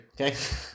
Okay